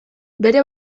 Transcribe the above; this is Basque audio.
bere